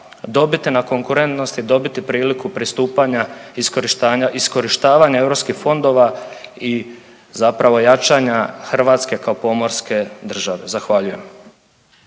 dobiti na konkurentnosti i dobiti priliku pristupanja i iskorištavanja europskih fondova i zapravo jačanja Hrvatske kao pomorske države. Zahvaljujem.